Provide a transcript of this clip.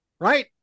right